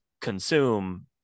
consume